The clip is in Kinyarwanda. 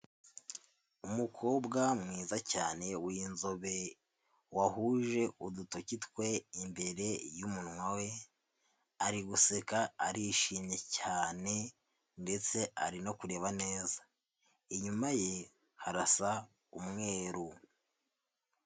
Umukobwa mwiza cyane w'inzobe wahuje udutoki twe imbere y'umunwa we, ari guseka arishimye cyane ndetse ari no kureba neza, inyuma ye harasa umweru.